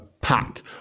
pack